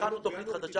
הכנו תכנית חדשה.